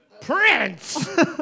Prince